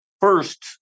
first